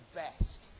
best